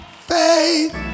Faith